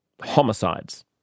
homicides